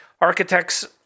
architects